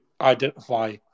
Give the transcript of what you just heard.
identify